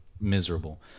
miserable